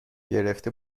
گرفته